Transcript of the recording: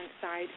side